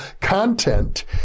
content